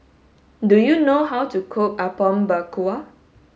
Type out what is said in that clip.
do you know how to cook Apom Berkuah